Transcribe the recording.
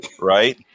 right